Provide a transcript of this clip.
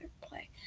play